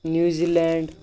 New Zealand